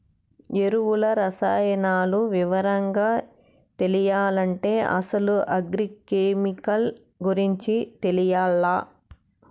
ఎరువులు, రసాయనాలు వివరంగా తెలియాలంటే అసలు అగ్రి కెమికల్ గురించి తెలియాల్ల